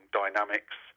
dynamics